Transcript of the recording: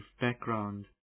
background